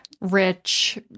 rich